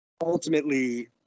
ultimately